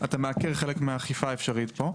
אתה מעקר חלק מהאכיפה האפשרית פה.